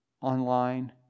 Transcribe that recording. online